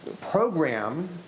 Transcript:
program